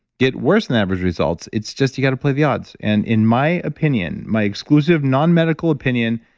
get worse than average results. it's just, you've got to play the odds, and in my opinion my exclusive non-medical opinion,